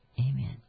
amen